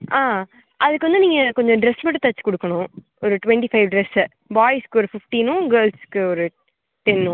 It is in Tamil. ஆ அதுக்கு வந்து நீங்கள் கொஞ்சம் ட்ரெஸ் மட்டும் தச்சு கொடுக்கணும் ஒரு ட்வெண்ட்டி ஃபைவ் ட்ரெஸ்ஸை பாய்ஸ்க்கு ஒரு ஃபிஃப்ட்டினும் கேர்ள்ஸ்க்கு ஒரு டென்னும்